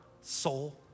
soul